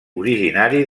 originari